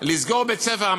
לסגור בית-ספר,